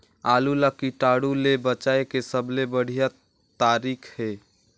आलू ला कीटाणु ले बचाय के सबले बढ़िया तारीक हे?